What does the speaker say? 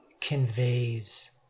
conveys